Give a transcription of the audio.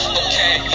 okay